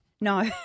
No